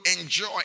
enjoy